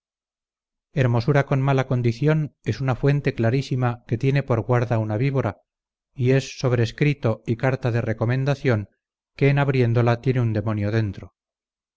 hermosura con mala condición es una fuente clarísima que tiene por guarda una víbora y es sobrescrito y carta de recomendación que en abriéndola tiene un demonio dentro